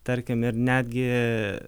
tarkim ir netgi